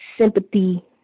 sympathy